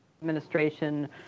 administration